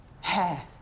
Hair